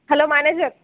hello manager